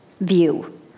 view